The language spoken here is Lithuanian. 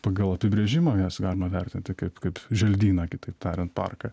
pagal apibrėžimą jas galima vertinti kaip kaip želdyną kitaip tariant parką